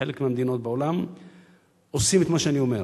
בחלק מהמדינות בעולם עושים את מה שאני אומר.